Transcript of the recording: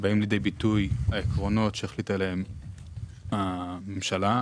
באים לידי ביטוי העקרונות עליהם החליטה הממשלה,